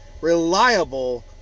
reliable